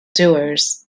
doers